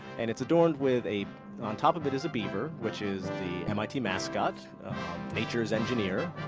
and it's adorned with a on top of it is a beaver which is the mit mascot nature's engineer.